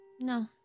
No